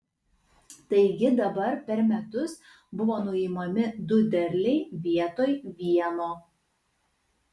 taigi dabar per metus buvo nuimami du derliai vietoj vieno